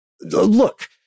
Look